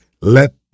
Let